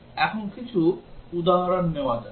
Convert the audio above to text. এখন কিছু উদাহরণ নেওয়া যাক